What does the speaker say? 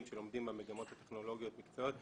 שלומדים במגמות הטכנולוגיות-מקצועיות.